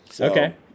Okay